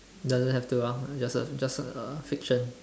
doesn't have to ah just a just a fiction